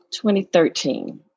2013